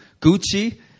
Gucci